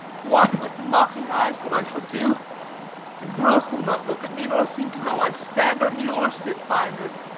to watch with mocking eyes what i shall do and gruach will not look at me, nor seem to know i stand or kneel or sit by her.